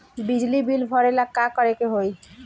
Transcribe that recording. बिजली बिल भरेला का करे के होई?